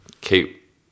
keep